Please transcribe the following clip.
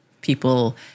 people